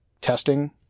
testing